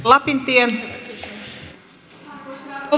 arvoisa rouva puhemies